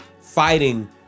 fighting